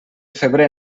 febrer